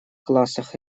классах